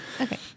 Okay